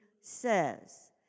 says